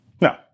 No